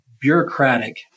bureaucratic